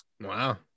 Wow